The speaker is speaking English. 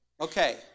Okay